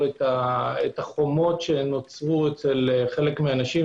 את החומות שנוצרו אצל חלק מהאנשים.